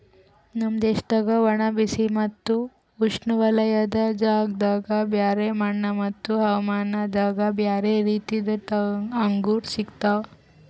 ನಮ್ ದೇಶದಾಗ್ ಒಣ, ಬಿಸಿ ಮತ್ತ ಉಷ್ಣವಲಯದ ಜಾಗದಾಗ್ ಬ್ಯಾರೆ ಮಣ್ಣ ಮತ್ತ ಹವಾಮಾನದಾಗ್ ಬ್ಯಾರೆ ರೀತಿದು ಅಂಗೂರ್ ಸಿಗ್ತವ್